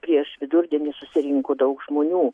prieš vidurdienį susirinko daug žmonių